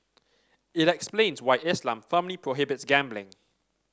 it explains why Islam firmly prohibits gambling